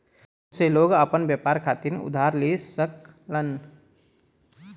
बहुत से लोग आपन व्यापार खातिर उधार ले सकलन